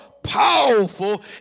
powerful